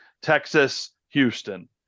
Texas-Houston